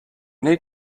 need